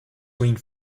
wing